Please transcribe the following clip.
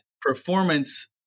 performance